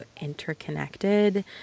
interconnected